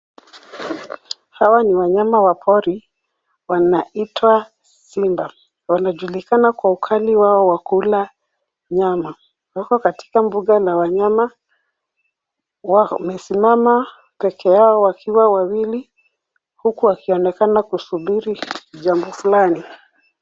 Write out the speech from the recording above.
Hawa ni wanyama wa pori. Wanaitwa simba. Wanajulikana kwa ukali wao wa kula nyama. Wako katika mbuga la wanyama. Wamesimama peke yao wakiwa wawili, huku wakionekana kusubiri jambo fulani.